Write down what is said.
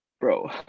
bro